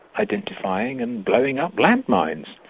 identifying and blowing up land mines,